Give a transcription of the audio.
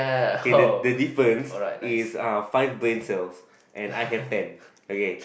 K the the difference is uh five brain cells and I have ten okay